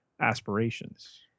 aspirations